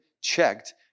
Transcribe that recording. checked